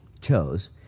chose